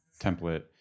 template